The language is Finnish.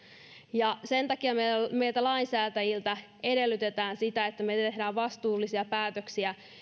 ja sen takia meiltä lainsäätäjiltä edellytetään sitä että me teemme vastuullisia päätöksiä